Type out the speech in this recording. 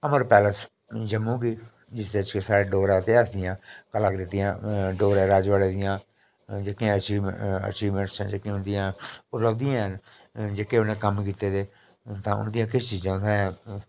Amar Palace Jammu गी जिसदे बिच्च साढ़े डोगरे इतिहास दियां कलाकृतियां डोगरे रजवाड़े दियां जेह्कियां अचीव अचीवमेंट्स उंदियां उब्लब्धियां न जेह्के उ'नें कम्म कीते दे तां उंदियां किश चीज़ां उत्थें